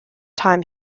time